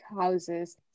houses